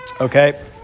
Okay